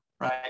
Right